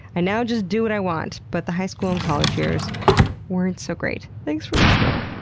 i now just do what i want, but the high school and college years weren't so great. thanks for listening.